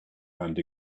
and